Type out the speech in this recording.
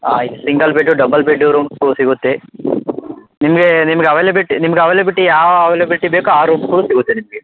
ಹಾಂ ಇಲ್ಲಿ single bed double bed ರೂಮ್ಸ್ಗಳು ಸಿಗುತ್ತೆ ನಿಮಗೆ ನಿಮ್ಗೆ ಅವಲೇಬಿಟಿ ನಿಮ್ಗೆ ಅವಲೇಬಿಟಿ ಯಾವ ಅವಲೇಬಿಟಿ ಬೇಕೋ ಆ ರೂಮ್ಸ್ಗಳು ಸಿಗುತ್ತೆ ನಿಮಗೆ